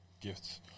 Gifts